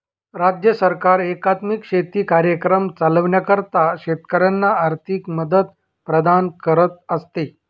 राज्य सरकार एकात्मिक शेती कार्यक्रम चालविण्याकरिता शेतकऱ्यांना आर्थिक मदत प्रदान करत असते